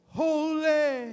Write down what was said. holy